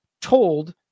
told